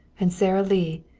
and sara lee,